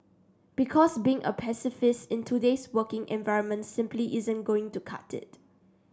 because being a pacifist in today's working environment simply isn't going to cut it